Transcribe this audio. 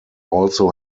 also